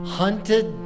hunted